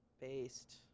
based